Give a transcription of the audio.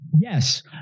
Yes